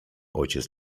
ojciec